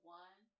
one